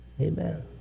Amen